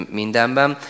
mindenben